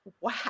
Wow